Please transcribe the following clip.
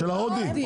של ההודי.